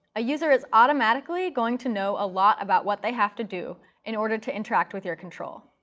a user is automatically going to know a lot about what they have to do in order to interact with your control.